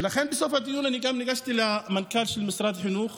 ולכן בסוף הדיון אני גם ניגשתי למנכ"ל של משרד החינוך